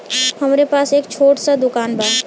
हमरे पास एक छोट स दुकान बा